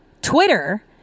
Twitter